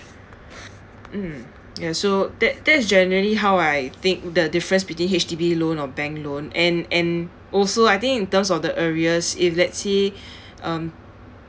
mm yes so that that is generally how I think the difference between H_D_B loan or bank loan and and also I think in terms of the arrears if let's say um